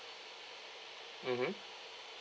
mmhmm